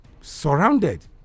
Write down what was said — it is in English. surrounded